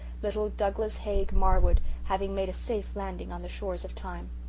little douglas haig marwood having made a safe landing on the shores of time.